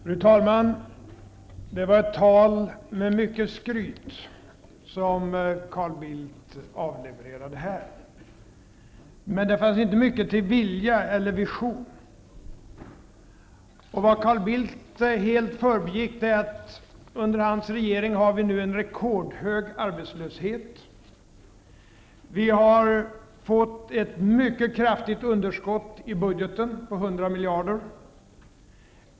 Fru talman! Det var ett tal med mycket skryt som Carl Bildt avlevererade här. Men det var inte mycket till vilja eller vision. Carl Bildt förbigick helt att under hans regering har vi nu en rekordhög arbetslöshet. Vi har fått ett mycket kraftigt underskott i budgeten på 100 miljarder.